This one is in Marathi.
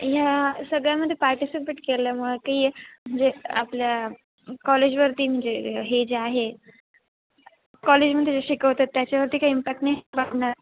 ह्या सगळ्यामध्ये पार्टिसिपेट केल्यामुळे की जे आपल्या कॉलेजवरती म्हणजे हे जे आहे कॉलेजमध्ये जे शिकवतात त्याच्यावरती काही इम्पॅक्ट नाही पडणार